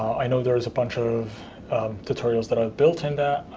i know there is a bunch of tutorials that i've built in that,